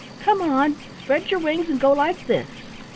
come on! spread your wings and go like this.